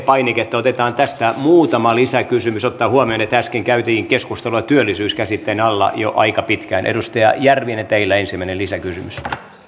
painiketta otetaan tästä muutama lisäkysymys ottaen huomioon että äsken käytiin keskustelua työllisyys käsitteen alla jo aika pitkään edustaja järvinen teillä ensimmäinen lisäkysymys